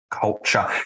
culture